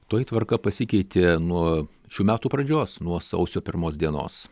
toji tvarka pasikeitė nuo šių metų pradžios nuo sausio pirmos dienos